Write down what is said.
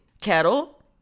Kettle